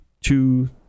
two